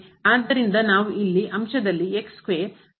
ಆದ್ದರಿಂದ ನಾನು ಇಲ್ಲಿ ಅಂಶದಲ್ಲಿ ಮತ್ತು ರಿಂದ ಗುಣಿಸಿದರೆ